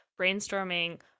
brainstorming